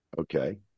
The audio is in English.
Okay